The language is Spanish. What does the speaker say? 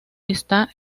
está